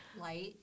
light